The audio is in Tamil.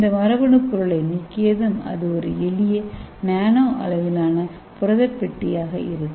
இந்த மரபணு பொருளை நீக்கியதும் அது ஒரு எளிய நானோ அளவிலான புரத பெட்டியாக இருக்கும்